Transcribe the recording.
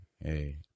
hey